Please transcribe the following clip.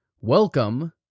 Welcome